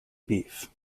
beef